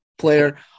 player